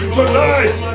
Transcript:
Tonight